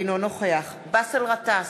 אינו נוכח באסל גטאס,